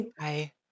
Hi